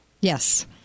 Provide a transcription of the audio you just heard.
Yes